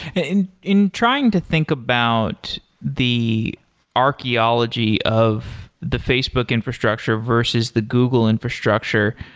and in in trying to think about the archaeology of the facebook infrastructure versus the google infrastructure,